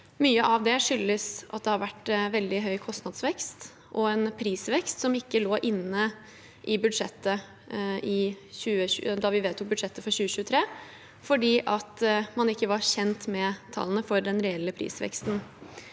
Mye av det skyldes at det har vært veldig høy kostnadsvekst og en prisvekst som ikke lå inne da vi vedtok budsjettet for 2023, fordi man ikke var kjent med tallene for den reelle prisveksten.